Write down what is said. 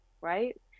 right